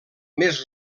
més